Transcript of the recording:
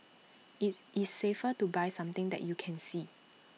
IT is safer to buy something that you can see